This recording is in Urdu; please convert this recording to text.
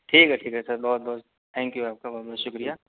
ٹھیک ہے ٹھیک ہے سر بہت بہت تھینک یو آپ کا بہت بہت شکریہ